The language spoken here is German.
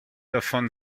davon